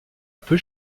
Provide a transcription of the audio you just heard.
peu